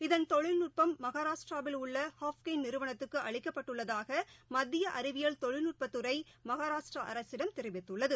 இதன் தொழில்நுட்பம் மகாராஷ்டராவில் உள்ளஹாப்கையின் நிறுவனத்துக்குஅளிக்கப்பட்டுள்ளதாகமத்தியஅறிவியல் தொழில்நுட்பத்துறைமகாராஷ்டிராஅரசிடம் தெரிவித்துள்ளது